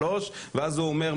שלוש ואז הוא אומר,